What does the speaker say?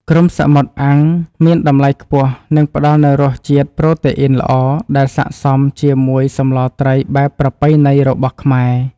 គ្រំសមុទ្រអាំងមានតម្លៃខ្ពស់និងផ្តល់នូវជាតិប្រូតេអ៊ីនល្អដែលស័ក្តិសមជាមួយសម្លត្រីបែបប្រពៃណីរបស់ខ្មែរ។